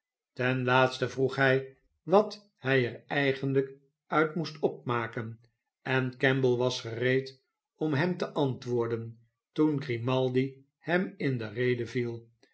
ten laatste vroeg hij wat hij er eigenlijk uit moest opmaken en kemble was gereed om hem te antwoorden toen grimaldi hem in de rede viel